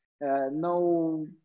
No